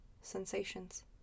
Sensations